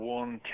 one